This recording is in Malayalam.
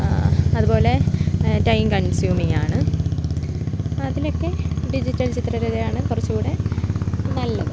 അതുപോലെ ടൈം കൺസ്യൂമിങ് ആണ് അതിൽ ഒക്കെ ഡിജിറ്റൽ ചിത്രരചനയാണ് കുറച്ചും കൂടെ നല്ലത്